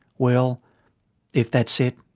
well if that's it,